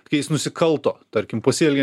kai jis nusikalto tarkim pasielgė